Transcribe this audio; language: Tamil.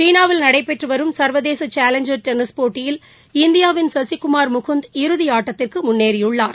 சீனாவில் நடைபெற்று வரும் சர்வதேச சேலஞ்சர் டென்னிஸ் போட்டியல் இந்தியாவின் சசிகுமார் முகுந்த் இறுதி ஆட்டத்திற்கு முன்னேறியுள்ளார்